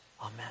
Amen